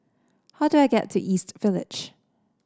how do I get to East Village